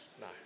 No